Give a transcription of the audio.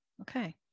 Okay